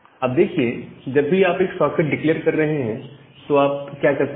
अब देखिए जब भी आप एक सॉकेट डिक्लेअर कर रहे हैं तो आप क्या कर सकते हैं